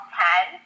ten